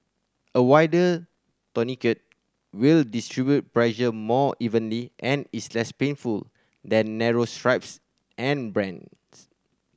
a wider tourniquet will distribute pressure more evenly and is less painful than narrow straps and bands